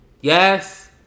Yes